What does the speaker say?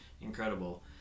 incredible